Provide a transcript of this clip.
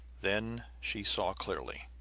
then she saw clearly.